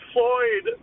Floyd